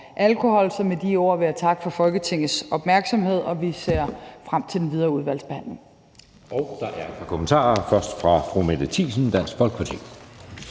alkohol. Så med de ord vil jeg takke for Folketingets opmærksomhed, og vi ser frem til den videre udvalgsbehandling. Kl. 19:25 Anden næstformand (Jeppe Søe): Der er et par kommentarer. Først er det fra fru Mette Thiesen, Dansk Folkeparti.